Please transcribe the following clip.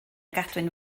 gadwyn